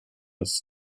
ist